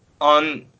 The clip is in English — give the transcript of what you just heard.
on